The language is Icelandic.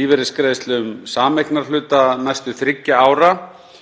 lífeyrisgreiðslum sameignarhluta næstu þriggja ára.